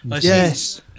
Yes